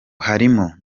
harimo